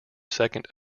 second